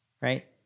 right